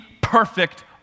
perfect